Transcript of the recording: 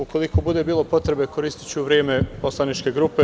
Ukoliko bude bilo potrebe, koristiću vreme poslaničke grupe.